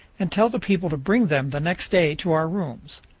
and tell the people to bring them the next day to our rooms.